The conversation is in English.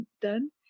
done